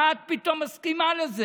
מה את פתאום מסכימה לזה?